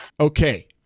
Okay